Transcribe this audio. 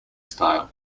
style